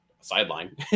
sideline